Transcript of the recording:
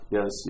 Yes